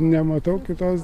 nematau kitos